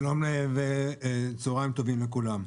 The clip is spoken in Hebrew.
שלום וצהריים טובים לכולם,